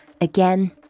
again